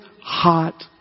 hot